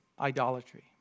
idolatry